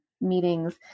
meetings